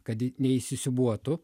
kad neįsisiūbuotų